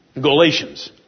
Galatians